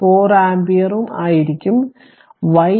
4 ampere ഉം ആയിരിക്കും y എന്നത് 3